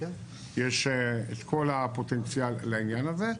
יש את כל הפוטנציאל לעניין הזה.